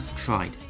tried